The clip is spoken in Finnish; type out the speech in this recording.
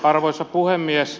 arvoisa puhemies